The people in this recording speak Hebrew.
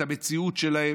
את המציאות שלהם,